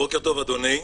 בוקר טוב, אדוני.